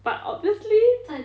but obviously